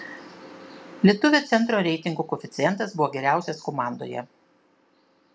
lietuvio centro reitingo koeficientas buvo geriausias komandoje